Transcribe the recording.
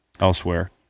elsewhere